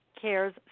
CARES